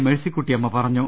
മേഴ്സിക്കുട്ടിയമ്മ പറഞ്ഞു